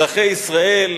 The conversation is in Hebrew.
אזרחי ישראל